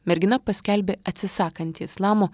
mergina paskelbė atsisakanti islamo